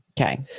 okay